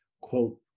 quote